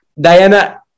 Diana